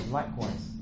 likewise